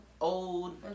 old